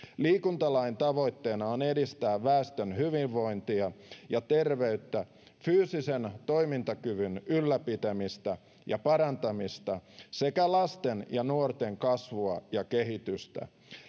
liikuntalain tavoitteena on edistää väestön hyvinvointia ja terveyttä fyysisen toimintakyvyn ylläpitämistä ja parantamista sekä lasten ja nuorten kasvua ja kehitystä